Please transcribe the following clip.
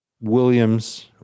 Williams